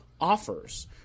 offers